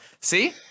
See